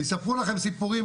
ויספרו לכם סיפורים,